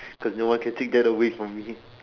because no one can take that away from me